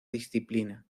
disciplina